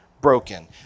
broken